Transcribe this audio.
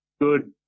good